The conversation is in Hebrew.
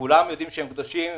כולם יודעים שהם קדושים,